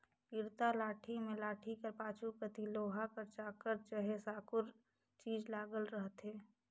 इरता लाठी मे लाठी कर पाछू कती लोहा कर चाकर चहे साकुर चीज लगल रहथे